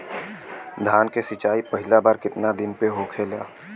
धान के सिचाई पहिला बार कितना दिन पे होखेला?